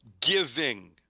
giving